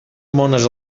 mones